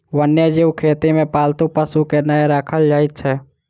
वन्य जीव खेती मे पालतू पशु के नै राखल जाइत छै